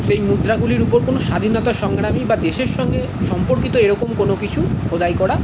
সেই মুদ্রাগুলির উপর কোন স্বাধীনতা সংগ্রামী বা দেশের সঙ্গে সম্পর্কিত এরকম কোনো কিছু খোদাই করা